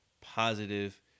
positive